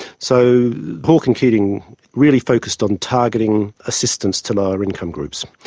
so hawke and keating really focused on targeting assistance to lower income groups.